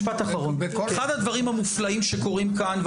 משפט אחרון: אחד הדברים המופלאים שקורים כאן,